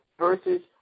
Versus